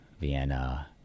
Vienna